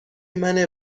منه